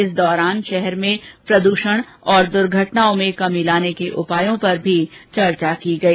इस दौरान शहर के प्रद्षण और दुर्घटनाओं में कमी लाने के उपायों पर भी चर्चा की गई